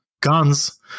Guns